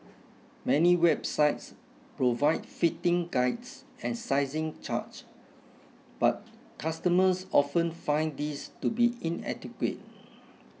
many websites provide fitting guides and sizing chart but customers often find these to be inadequate